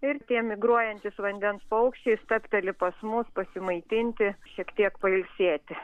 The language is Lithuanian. ir tie migruojantys vandens paukščiai stabteli pas mus pasimaitinti šiek tiek pailsėti